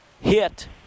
hit